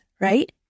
right